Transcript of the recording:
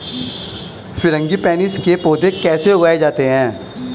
Frangipanis के पौधे कैसे उगाए जाते हैं?